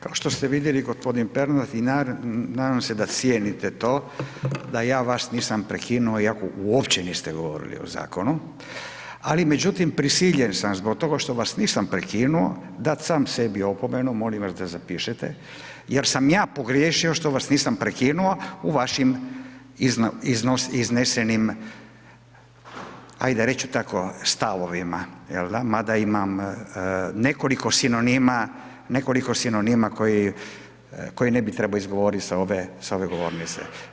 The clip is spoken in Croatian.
Kao što ste vidjeli g. Pernar i nadam se da cijenite to, da ja vas nisam prekinuo iako uopće niste govorili o zakonu, ali međutim, prisiljen sam zbog toga što vas nisam prekinuo dat sam sebi opomenu, molim vas da zapišete, jer sam ja pogriješio što vas nisam prekinuo u vašim iznesenim, ajde reći ću tako, stavovima jel da, mada imam nekoliko sinonima koje ne bi trebao izgovorit sa ove govornice.